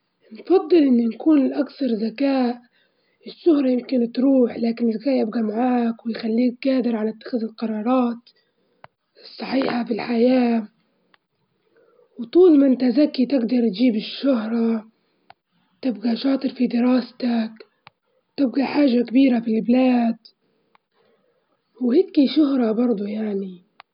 أفضل قراءة الكتاب، جيد الكتاب يعطيني وقت أكبر للتفكير والتخيل وتكون القصة أكثر عمقا وتفاصيل وبيكون في تشويق وبتخليك ترسم القصة بخيالك وتتخيل الأحداث إنت وليه فوايد وايج الكتاب الق-ق- القراءة يعني.